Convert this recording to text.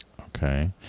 okay